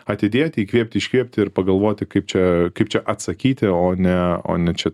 atidėti įkvėpti iškvėpti ir pagalvoti kaip čia kaip čia atsakyti o ne o ne čia